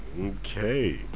okay